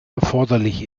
erforderlich